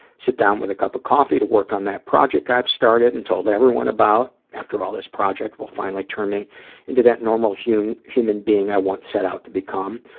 sit down with a cup of coffee, work on that project i've started and told everyone about. after all this project will finally turn me into that normal human human being i once set out to become.